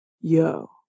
yo